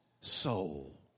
soul